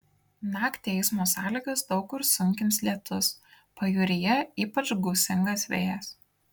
naktį eismo sąlygas daug kur sunkins lietus pajūryje ypač gūsingas vėjas